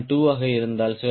2 ஆக இருந்தால் 0